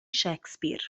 shakespeare